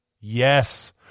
Yes